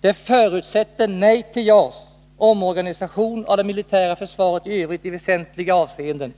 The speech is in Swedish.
Det förutsätter nej till JAS, omorganisation av det militära försvaret i övrigt i väsentliga avseenden